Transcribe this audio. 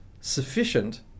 sufficient